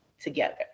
together